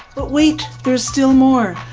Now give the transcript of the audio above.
but wait there's still more!